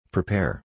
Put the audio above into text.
Prepare